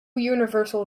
universal